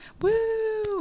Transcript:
Woo